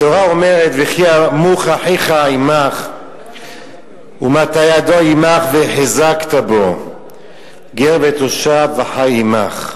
התורה אומרת: וכי ימוך אחיך ומטה ידו עמך והחזקת בו גר ותושב וחי עמך.